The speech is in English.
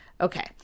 Okay